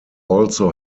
also